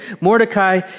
Mordecai